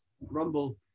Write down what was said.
Rumble